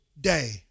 day